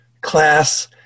class